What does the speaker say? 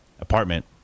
apartment